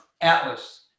atlas